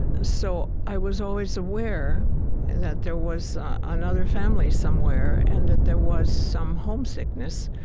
so i was always aware and that there was another family somewhere and that there was some homesickness.